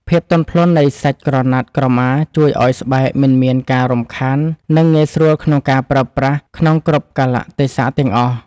ភាពទន់ភ្លន់នៃសាច់ក្រណាត់ក្រមាជួយឱ្យស្បែកមិនមានការរំខាននិងងាយស្រួលក្នុងការប្រើប្រាស់ក្នុងគ្រប់កាលៈទេសៈទាំងអស់។